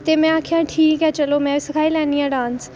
ते में आखेआ ठीक ऐ चलो में सखाई लैन्नी आं डांस